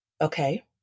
Okay